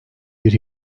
bir